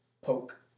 poke